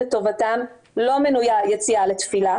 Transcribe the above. לא מנויה היציאה לתפילה.